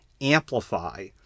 amplify